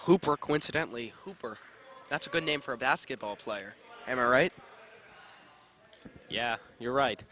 hooper coincidently hooper that's a good name for a basketball player am i right yeah you're right